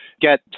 get